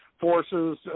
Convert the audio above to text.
forces